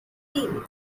hill